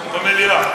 במליאה.